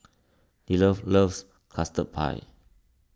Deondre loves Custard Pie